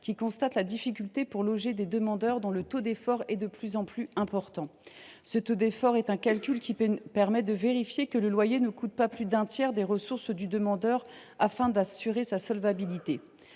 qui constatent la difficulté de loger des demandeurs, dont le taux d’effort est de plus en plus important. Ce taux, calculé pour vérifier que le loyer ne dépasse pas un tiers des ressources du demandeur, afin d’assurer sa solvabilité,